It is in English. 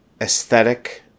aesthetic